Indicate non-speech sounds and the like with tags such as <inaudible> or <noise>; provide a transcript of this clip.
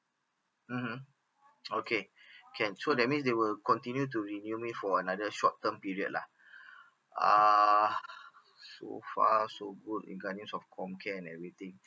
mmhmm okay can so that means they will continue to renew me for another short term period lah <breath> uh so far so good regarding of COMCARE and everything